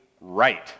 right